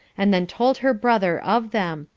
and then told her brother of them,